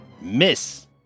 Miss